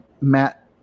Matt